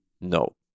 no